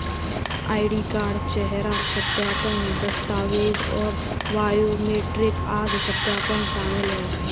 ID card, चेहरा सत्यापन, दस्तावेज़ और बायोमेट्रिक आदि सत्यापन शामिल हैं